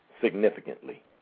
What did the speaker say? significantly